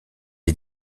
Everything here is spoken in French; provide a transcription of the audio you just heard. est